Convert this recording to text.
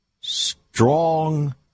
strong